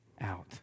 out